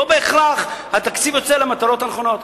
ולא בהכרח התקציב יוצא למטרות הנכונות.